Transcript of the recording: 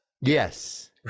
Yes